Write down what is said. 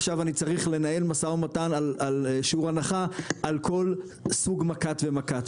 עכשיו אני צריך לנהל משא ומתן שיעור הנחה על כל סוג מתן ומתן,